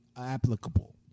applicable